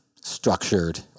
structured